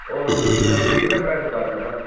ஓகேங்க மேடம் இது என்ன பிராண்டு காரு மேடம்